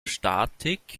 statik